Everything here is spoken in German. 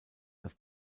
dass